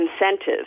incentives